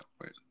wait